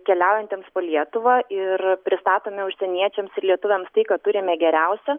keliaujantiems po lietuvą ir pristatome užsieniečiams ir lietuviams tai ką turime geriausia